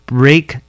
break